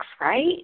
right